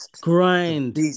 grind